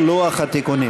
, כולל לוח התיקונים.